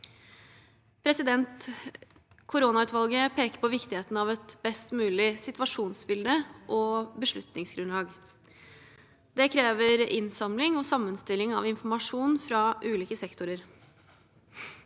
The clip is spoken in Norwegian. krisehåndtering. Koronautvalget pekte på viktigheten av et best mulig situasjonsbilde og beslutningsgrunnlag. Dette krever innsamling og sammenstilling av informasjon fra ulike sektorer.